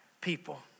people